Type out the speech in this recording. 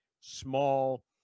small